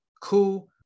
Cool